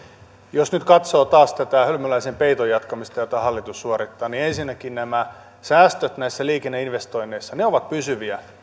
jos nyt katsoo taas tätä hölmöläisen peiton jatkamista jota hallitus suorittaa niin ensinnäkin nämä säästöt näissä liikenneinvestoinneissa ovat pysyviä